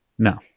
No